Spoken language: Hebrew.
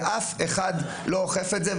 ואף אחד לא אוכף את זה,